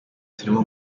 turimo